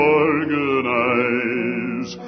organize